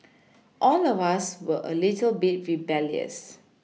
all of us were a little bit rebellious